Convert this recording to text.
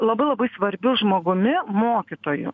labai labai svarbiu žmogumi mokytoju